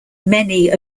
many